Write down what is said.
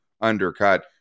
undercut